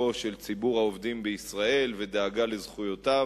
של ציבור העובדים בישראל ודאגה לזכויותיו.